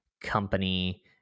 company